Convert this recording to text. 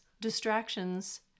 distractions